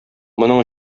моның